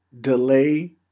delay